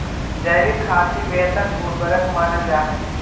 जैविक खाद भी बेहतर उर्वरक मानल जा हई